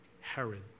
Herod